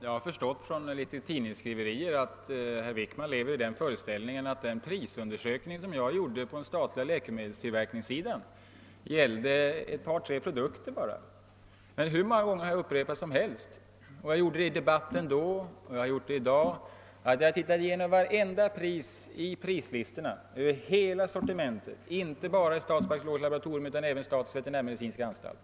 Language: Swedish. Herr talman! Jag har av tidningsskriverier förstått att herr Wickman lever i den föreställningen att den prisundersökning jag gjorde om läkemedelstillverkningen på den statliga sidan bara gällde ett par tre produkter. Men när vi debatterade denna fråga sade jag, och jag har upprepat det i dag, att jag har gått igenom varenda prisuppgift rörande hela sortimentet, inte bara prislistorna för statens bakteriologiska laboratorium utan även för statens veterinärmedicinska anstalt.